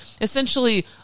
essentially